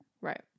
right